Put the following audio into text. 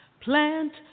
Plant